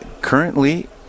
currently